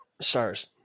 Stars